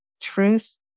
truth